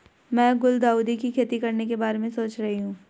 मैं गुलदाउदी की खेती करने के बारे में सोच रही हूं